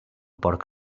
porc